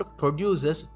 produces